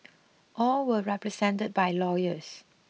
all were represented by lawyers